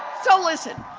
so listen.